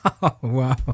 Wow